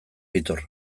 bittor